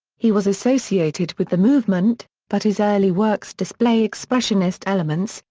he was associated with the movement, but his early works display expressionist elements,